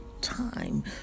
time